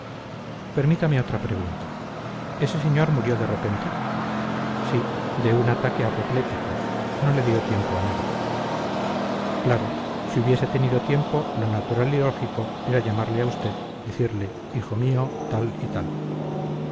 permítame otra pregunta ese señor murió de repente sí de un ataque apoplético no le dio tiempo a nada claro si hubiese tenido tiempo lo natural y lógico era llamarle a usted decirle hijo mío tal y tal